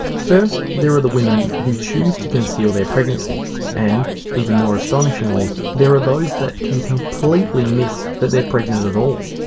first there are the women who choose to conceal their pregnancy and even more astonishingly there are those that can completely miss that they're pregnant at all.